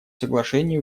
соглашений